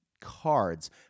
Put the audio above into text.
cards